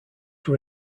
were